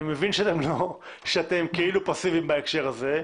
אני מבין שאתם כאילו פאסיביים בהקשר הזה,